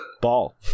Ball